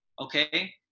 okay